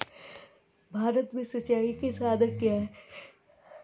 भारत में सिंचाई के साधन क्या है?